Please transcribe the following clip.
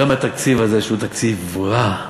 גם מהתקציב הזה שהוא תקציב רע,